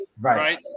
Right